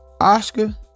Oscar